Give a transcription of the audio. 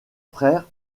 frères